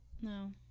No